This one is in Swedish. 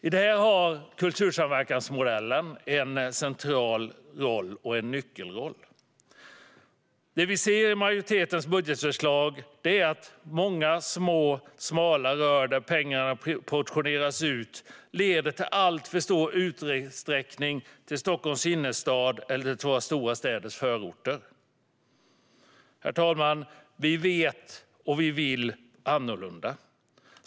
I detta har kultursamverkansmodellen en central roll och en nyckelroll. Det vi ser i majoritetens budgetförslag är många små och smala rör, där pengarna portioneras ut och i alltför stor utsträckning leder till Stockholms innerstad och till våra stora städers förorter. Herr talman! Vi vet och vill annorlunda.